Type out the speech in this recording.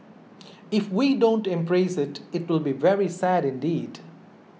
if we don't embrace it it'll be very sad indeed